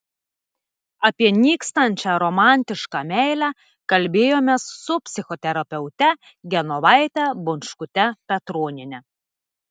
apie nykstančią romantišką meilę kalbėjomės su psichoterapeute genovaite bončkute petroniene